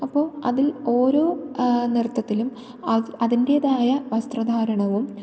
അപ്പോള് അതിൽ ഓരോ നൃത്തത്തിലും അതിൻറ്റേതായ വസ്ത്രധാരണവും